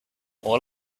all